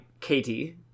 Katie